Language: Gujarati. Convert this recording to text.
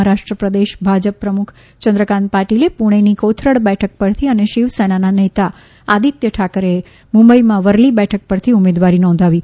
મહારાષ્ટ્ર પ્રદેશ ભાજપ પ્રમુખ ચંદ્રકાંત પાટીલે પૂણેની કોથરડ બેઠક પરથી અને શિવસેનાના નેતા આદિત્ય ઠાકરેએ મુંબઇમાં વરલી બેઠક પરથી ઉમેદવારી નોંધાવી છે